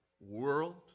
world